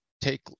Take